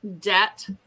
debt